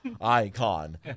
Icon